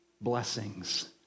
blessings